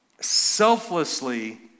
selflessly